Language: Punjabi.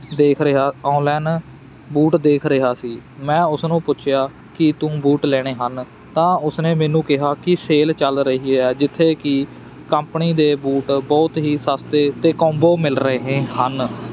ਦੇਖ ਰਿਹਾ ਔਨਲਾਈਨ ਬੂਟ ਦੇਖ ਰਿਹਾ ਸੀ ਮੈਂ ਉਸਨੂੰ ਪੁੱਛਿਆ ਕਿ ਤੂੰ ਬੂਟ ਲੈਣੇ ਹਨ ਤਾਂ ਉਸਨੇ ਮੈਨੂੰ ਕਿਹਾ ਕਿ ਸੇਲ ਚੱਲ ਰਹੀ ਹੈ ਜਿੱਥੇ ਕਿ ਕੰਪਨੀ ਦੇ ਬੂਟ ਬਹੁਤ ਹੀ ਸਸਤੇ ਅਤੇ ਕੌਂਬੋ ਮਿਲ ਰਹੇ ਹਨ